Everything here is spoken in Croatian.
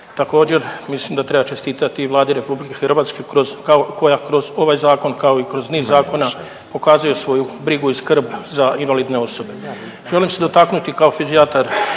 Također mislim da treba čestitati i Vladi Republike Hrvatske koja kroz ovaj zakon kao i kroz niz zakona pokazuje svoju brigu i skrb za invalidne osobe. Želim se dotaknuti kao fizijatar